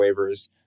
waivers